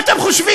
מה אתם חושבים,